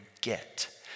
get